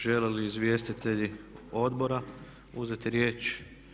Žele li izvjestitelji Odbora uzeti riječ?